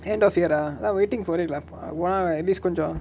end of year ah now waiting for it lah pa~ wanna at least கொஞ்சோ:konjo